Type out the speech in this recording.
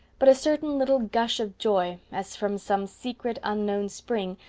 but a certain little gush of joy, as from some secret, unknown spring,